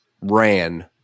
ran –